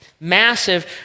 massive